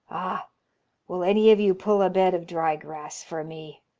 ah will any of you pull a bed of dry grass for me?